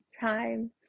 time